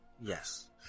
yes